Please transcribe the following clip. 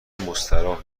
مستراح